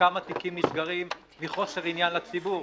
כמה תיקים נסגרים בשל חוסר עניין לציבור